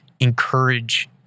encourage